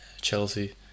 Chelsea